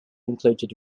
included